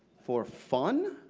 for fun?